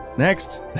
Next